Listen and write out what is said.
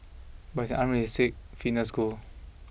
but it's an unrealistic fitness goal